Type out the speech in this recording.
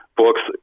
books